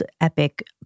epic